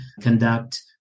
conduct